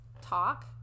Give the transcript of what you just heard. talk